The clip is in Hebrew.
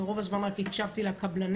ורוב הזמן רק הקשבתי לקבלנים.